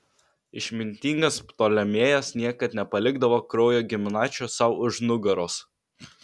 išmintingas ptolemėjas niekad nepalikdavo kraujo giminaičio sau už nugaros